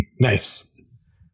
nice